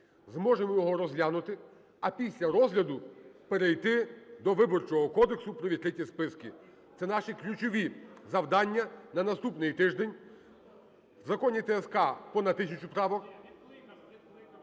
Зможемо його розглянути, а після розгляду перейти до Виборчого кодексу про відкриті списки. Це наші ключові завдання на наступний тиждень. В законі ТСК понад тисячу правок,